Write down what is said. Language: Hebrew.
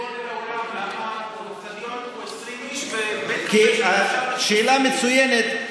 למה לא עושים את זה לפי גודל האולם, שאלה מצוינת.